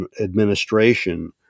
administration